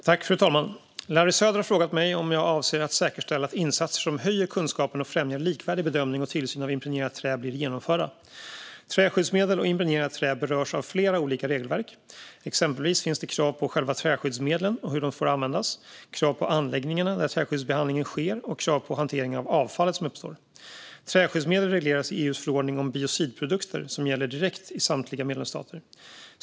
Fru talman! Larry Söder har frågat om jag avser att säkerställa att insatser som höjer kunskapen och främjar likvärdig bedömning och tillsyn av impregnerat trä blir genomförda. Träskyddsmedel och impregnerat trä berörs av flera olika regelverk. Exempelvis finns det krav på själva träskyddsmedlen och hur de får användas, krav på anläggningarna där träskyddsbehandlingen sker och krav på hantering av avfallet som uppstår. Träskyddsmedel regleras i EU:s förordning om biocidprodukter, som gäller direkt i samtliga medlemsstater.